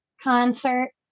concert